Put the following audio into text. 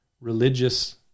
religious